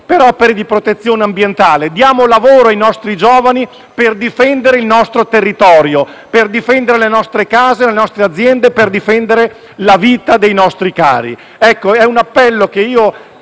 territorio e di protezione ambientale. Diamo lavoro ai nostri giovani per difendere il nostro territorio, per difendere le nostre case, le nostre aziende e la vita dei nostri cari.